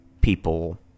people